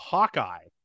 Hawkeye